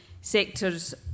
sectors